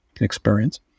experience